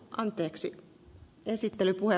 a annettava lausunto